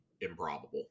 improbable